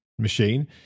Machine